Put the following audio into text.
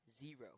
Zero